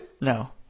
No